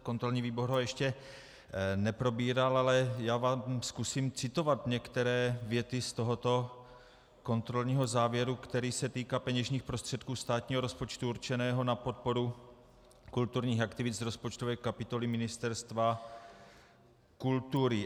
Kontrolní výbor ho ještě neprobíral, ale já vám zkusím citovat některé věty z tohoto kontrolního závěru, který se týká peněžních prostředků státního rozpočtu určeného na podporu kulturních aktivit z rozpočtové kapitoly Ministerstva kultury.